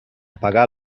pagar